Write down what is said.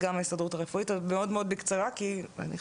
הרפואית, בבקשה.